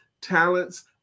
talents